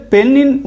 Penin